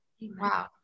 Wow